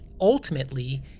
ultimately